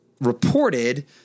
reported